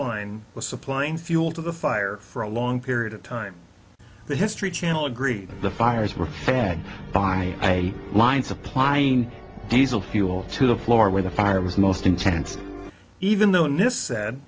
line was supplying fuel to the fire for a long period of time the history channel agreed that the fires were set by line supplying diesel fuel to the floor where the fire was most intense and even though nist said